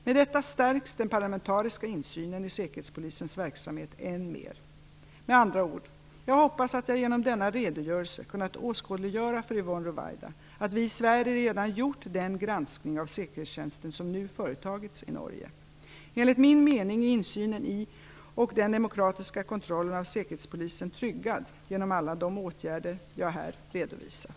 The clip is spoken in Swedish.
Med detta stärks den parlamentariska insynen i säkerhetspolisens verksamhet än mer. Med andra ord - jag hoppas att jag genom denna redogörelse kunnat åskådliggöra för Yvonne Ruwaida att vi i Sverige redan gjort den granskning av säkerhetstjänsten som nu företagits i Norge. Enligt min mening är insynen i och den demokratiska kontrollen av säkerhetspolisen tryggad genom alla de åtgärder jag här redovisat.